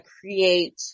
create